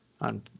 on